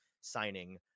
signing